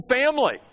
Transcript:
family